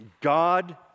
God